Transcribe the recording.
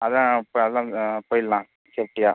அதெல்லாம் போய் அதெல்லாம் போயிடலாம் சேஃப்டியாக